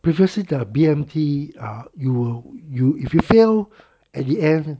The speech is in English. previously the B_M_T uh you will you if you fail at the end